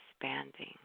expanding